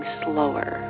slower